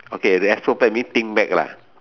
okay retrospect means think back lah